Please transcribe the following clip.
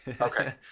Okay